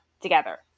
together